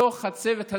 בתוך הצוות הזה.